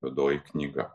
juodoji knyga